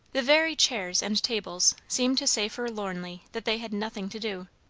the very chairs and tables seemed to say forlornly that they had nothing to do.